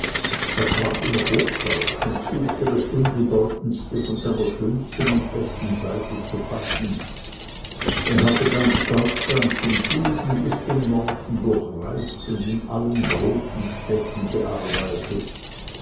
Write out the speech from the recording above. er sprach immer hochdeutsch und suchte das unbedeutendste von seiner schönsten und besten seite zu fassen er hatte ganz deutschland vom süden bis zum norden durchreist und in allen großen städten gearbeitet